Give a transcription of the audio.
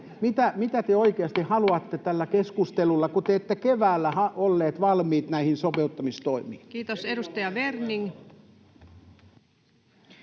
koputtaa] haluatte tällä keskustelulla, kun te ette keväällä olleet valmiit näihin sopeuttamistoimiin? Kiitos. — Edustaja Werning.